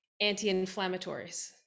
anti-inflammatories